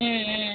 ம்ம்